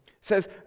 says